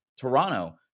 toronto